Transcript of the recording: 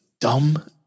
dumb